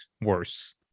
worse